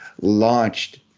launched